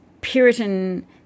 Puritan